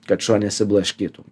kad šuo nesiblaškytų